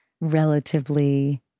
relatively